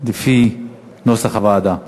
לפי נוסח הוועדה